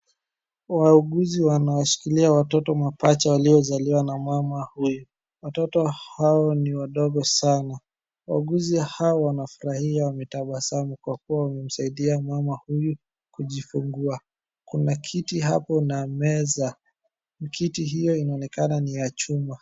Wauguzi wanaoshikilia watoto mapacha waliozaliwa na mama huyu. Watoto hao ni wadogo sana. Wauguzi hawa wanafurahia wanatabasamu kwa kuwa wamemsaidia mama huyu kujifungua. Kuna kiti hapo na meza. Kiti hiyo inaonekana ni ya chuma.